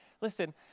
Listen